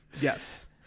yes